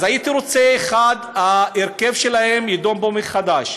אז הייתי רוצה, 1. שההרכב שלהן יידון פה מחדש,